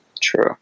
True